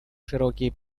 широкие